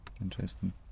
Interesting